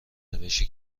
روشی